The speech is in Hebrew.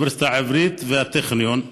האוניברסיטה העברית והטכניון,